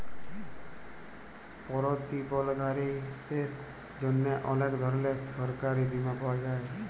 পরতিবলধীদের জ্যনহে অলেক ধরলের সরকারি বীমা পাওয়া যায়